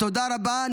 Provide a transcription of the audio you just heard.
תודה רבה.